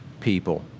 people